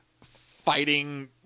fighting